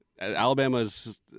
Alabama's